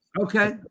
Okay